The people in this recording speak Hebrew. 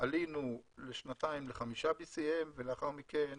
עלינו לשנתיים ל-5 BCM , ולאחר מכן